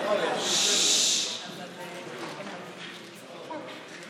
לאורך השנים שימש אילן